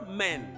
men